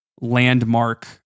landmark